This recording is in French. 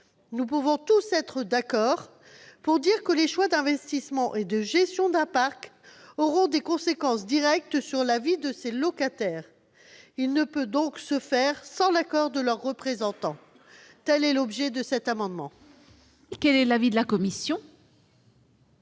Nous pouvons tous être d'accord pour dire que les choix d'investissement et de gestion d'un parc auront des conséquences directes sur la vie de ses locataires : ils ne peuvent donc se faire sans l'accord de leurs représentants. Quel est l'avis de la commission ?